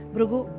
Brugu